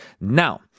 Now